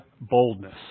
boldness